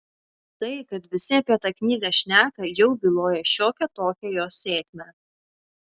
tai kad visi apie tą knygą šneka jau byloja šiokią tokią jos sėkmę